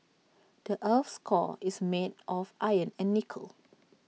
the Earth's core is made of iron and nickel